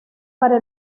para